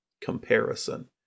comparison